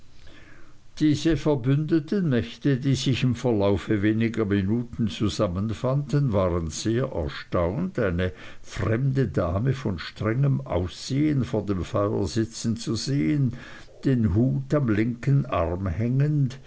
diese verbündeten mächte die sich im verlauf weniger minuten zusammenfanden waren sehr erstaunt eine fremde dame von strengem aussehen vor dem feuer sitzen zu sehen den hut am linken arm hängend